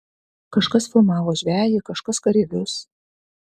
kažkas filmavo žvejį kažkas kareivius